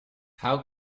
how